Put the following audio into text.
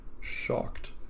shocked